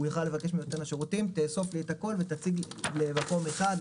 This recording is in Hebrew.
יוכל לבקש מנותן השירותים תאסוף הכול ותציג במקום אחר,